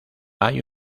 hay